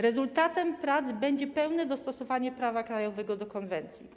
Rezultatem prac będzie pełne dostosowanie prawa krajowego do konwencji.